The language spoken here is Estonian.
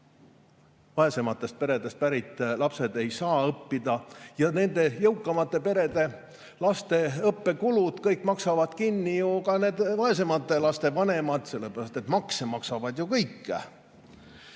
Vaesematest peredest pärit lapsed ei saa õppida. Ja nende jõukamate perede laste õppekulud maksavad kinni ju ka need vaesemate laste vanemad, sellepärast et makse maksavad kõik. Ja